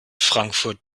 frankfurt